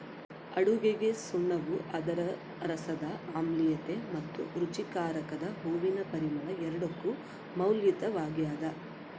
ಅಡುಗೆಗಸುಣ್ಣವು ಅದರ ರಸದ ಆಮ್ಲೀಯತೆ ಮತ್ತು ರುಚಿಕಾರಕದ ಹೂವಿನ ಪರಿಮಳ ಎರಡಕ್ಕೂ ಮೌಲ್ಯಯುತವಾಗ್ಯದ